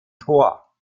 tor